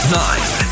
nine